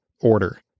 order